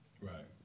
Right